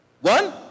one